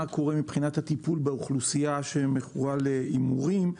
קורה מבחינת הטיפול באוכלוסייה שמכורה להימורים.